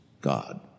God